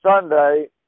Sunday